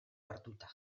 hartuta